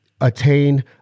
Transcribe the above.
Attain